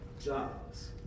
jobs